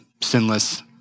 sinless